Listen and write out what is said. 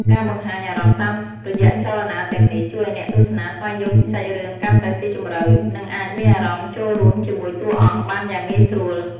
ការបង្ហាញអារម្មណ៍តាមរយៈចលនាទាំងនេះ ជួយឲ្យអ្នកទស្សនាស្វែងយល់ពីសាច់រឿងកាន់តែស៊ីជម្រៅ និងអាចមានអារម្មណ៍ចូលរួមជាមួយតួអង្គបានយ៉ាងងាយស្រួល។